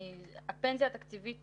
הפנסיה התקציבית